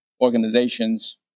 organizations